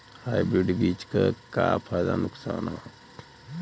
Hybrid बीज क का फायदा नुकसान ह?